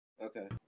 Okay